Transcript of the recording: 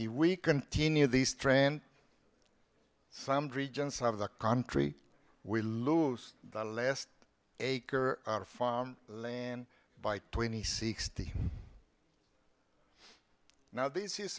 we continue the strand summed regions of the country we lose the last acre farm land by twenty sixty now this is